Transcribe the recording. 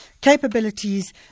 capabilities